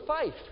faith